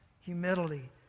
humility